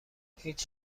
هیچ